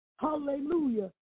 Hallelujah